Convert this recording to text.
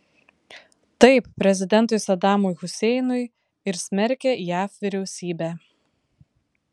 taip prezidentui sadamui huseinui ir smerkė jav vyriausybę